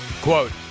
Quote